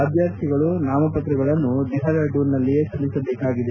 ಅಭ್ಯರ್ಥಿಗಳು ನಾಮಪ್ರತಗಳನ್ನು ಡೆಹ್ರಾಡೂನ್ನಲ್ಲಿಯೇ ಸಲ್ಲಿಸಬೇಕಾಗಿದೆ